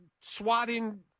swatting